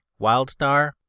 Wildstar